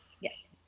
Yes